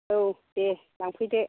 औ देह लांफै दे